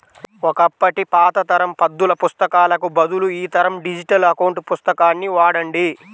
ఒకప్పటి పాత తరం పద్దుల పుస్తకాలకు బదులు ఈ తరం డిజిటల్ అకౌంట్ పుస్తకాన్ని వాడండి